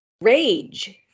rage